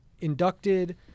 inducted